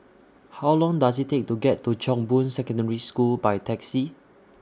How Long Does IT Take to get to Chong Boon Secondary School By Taxi